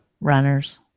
Runners